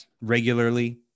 regularly